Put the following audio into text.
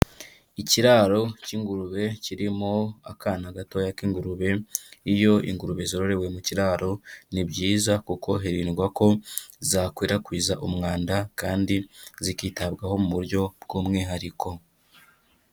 Ikiraro k'ingurube kirimo akana gatoya k'ingurube. Iyo ingurube zororewe mu kiraro ni byiza kuko hirindwa ko zakwirakwiza umwanda kandi zikitabwaho mu buryo bw'umwihariko.